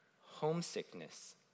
homesickness